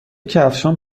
کفشهام